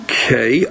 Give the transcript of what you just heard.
Okay